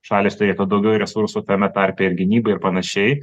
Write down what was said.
šalys turėtų daugiau resursų tame tarpe ir gynybai ir panašiai